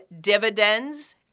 dividends